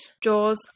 jaws